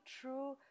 true